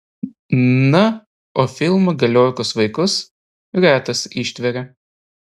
na o filmą galiorkos vaikus retas ištveria